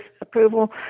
approval